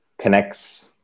connects